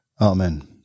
Amen